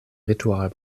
ritual